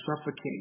suffocate